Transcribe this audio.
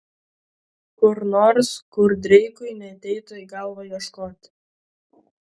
kur nors kur dreikui neateitų į galvą ieškoti